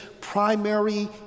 primary